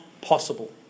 possible